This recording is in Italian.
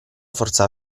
forza